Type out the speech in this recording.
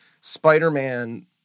Spider-Man